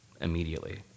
immediately